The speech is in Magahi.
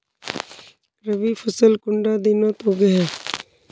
रवि फसल कुंडा दिनोत उगैहे?